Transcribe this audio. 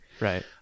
Right